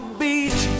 beach